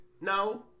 No